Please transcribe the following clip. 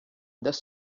this